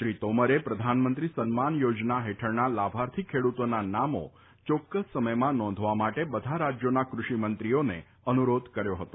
શ્રી તોમરે પ્રધાનમંત્રી સન્માન યોજના હેઠળના લાભાર્થી ખેડ્રતોના નામો ચોક્કસ સમયમાં નોંધવા માટે બધા રાજ્યોના ક્રષિમંત્રીઓને અનુરોધ કર્યો હતો